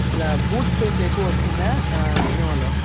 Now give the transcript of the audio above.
ఇలా boot space ఎక్కువ వస్తుందా ఇన్నోవాలో